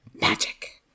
Magic